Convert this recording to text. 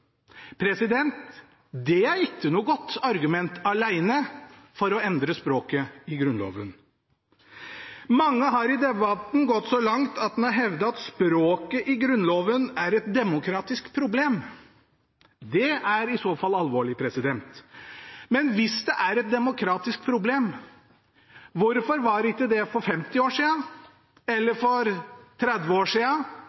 Det er ikke noe godt argument alene for å endre språket i Grunnloven. Mange har i debatten gått så langt at de har hevdet at språket i Grunnloven er et demokratisk problem. Det er i så fall alvorlig. Men hvis det er et demokratisk problem, hvorfor var det ikke det for 50, 30 eller 10 år